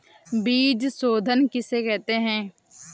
बीज शोधन किसे कहते हैं?